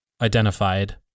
identified